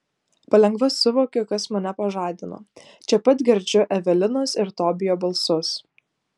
palengva suvokiu kas mane pažadino čia pat girdžiu evelinos ir tobijo balsus